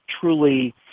truly